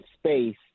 space